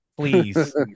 Please